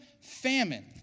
famine